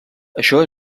això